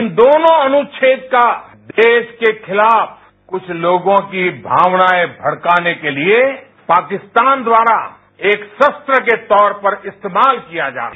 इन दोनों अनुच्छेद का देशके खिलाफ कुछ लोगों की भावनाएं भड़काने के लिए पाकिस्तान द्वारा एक शस्त्र के तौरपर इस्तेमाल किया जा रहा था